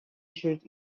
tshirt